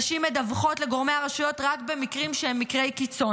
נשים מדווחות לגורמי הרשויות רק במקרי קיצון.